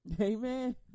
Amen